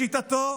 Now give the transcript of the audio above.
לשיטתו,